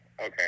okay